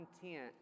content